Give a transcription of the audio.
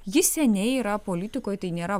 jis seniai yra politikoj tai nėra